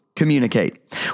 communicate